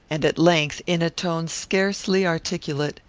and at length, in a tone scarcely articulate,